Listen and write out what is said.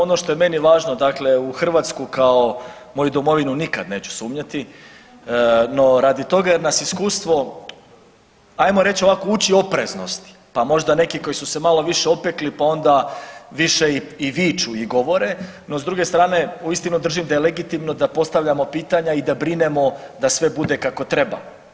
Ono što je meni važno, dakle u Hrvatsku kao moju domovinu nikad neću sumnjati, no radi toga jer nas iskustvo, ajmo reći ovako, uči opreznosti pa možda neki koji su se malo više opekli pa onda više i viču i govore, no s druge strane, uistinu držim da je legitimno da postavljamo pitanja i da brinemo da sve bude kako treba.